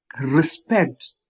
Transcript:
Respect